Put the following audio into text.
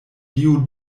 dio